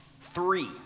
three